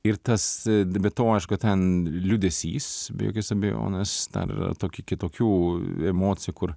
ir tas be to aišku kad ten liūdesys be jokios abejonės dar yra tokių kitokių emocijų kur